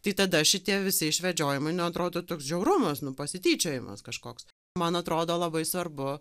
tai tada šitie visi išvedžiojimai nu atrodo toks žiaurumas nu pasityčiojimas kažkoks man atrodo labai svarbu